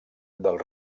del